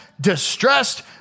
distressed